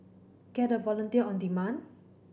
get a volunteer on demand